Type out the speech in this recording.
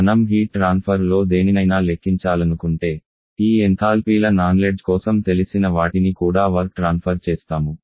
మనం heat transfer లో దేనినైనా లెక్కించాలనుకుంటే ఈ ఎంథాల్పీల నాన్లెడ్జ్ కోసం తెలిసిన వాటిని కూడా వర్క్ ట్రాన్ఫర్ చేస్తాము